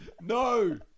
no